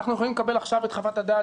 אנחנו יכולים לקבל עכשיו את חוות הדעת